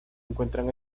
encuentran